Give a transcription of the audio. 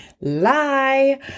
Lie